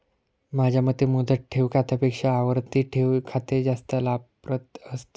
माझ्या मते मुदत ठेव खात्यापेक्षा आवर्ती ठेव खाते जास्त लाभप्रद असतं